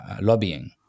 lobbying